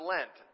Lent